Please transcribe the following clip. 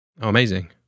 Amazing